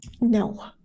No